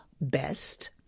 Best